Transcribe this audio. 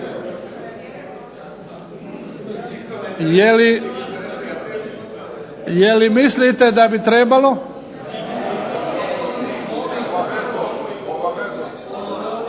Je li mislite da bi trebalo?